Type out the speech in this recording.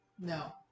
No